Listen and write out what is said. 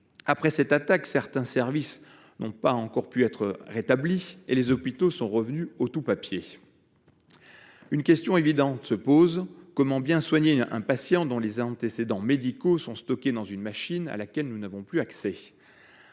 chirurgicales. Certains services n’ont pas encore pu être rétablis et les hôpitaux sont revenus au « tout papier ». Une question évidente se pose : comment bien soigner un patient dont les antécédents médicaux sont stockés dans une machine à laquelle on n’a plus accès ?